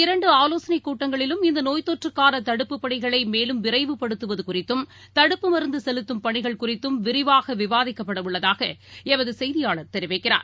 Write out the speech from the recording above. இரண்டுஆலோசனைகூட்டங்களிலும் இந்த இந்தநோய்த்தொற்றுக்கானதடுப்பு பணிகளைமேலும் விரைவுபடுத்துவதுகுறித்தும் தடுப்பு மருந்துசெலுத்தும் பணிகள் குறித்துவிரிவாகவிவாதிக்கப்படவுள்ளதாகளமதுசெய்தியாளர் தெரிவிக்கிறார்